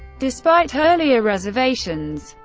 despite earlier reservations,